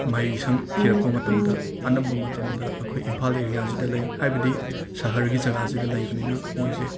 ꯃꯍꯩꯁꯪ ꯊꯤꯔꯛꯄ ꯃꯇꯝꯗ ꯑꯩꯈꯣꯏ ꯏꯝꯐꯥꯜ ꯑꯦꯔꯤꯌꯥꯖꯤꯗ ꯂꯩ ꯍꯥꯏꯕꯗꯤ ꯁꯍꯔꯒꯤ ꯖꯒꯥꯖꯤꯗ ꯂꯩꯕꯅꯤꯅ ꯃꯣꯏꯖꯦ